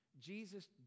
Jesus